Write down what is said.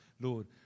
Lord